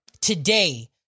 today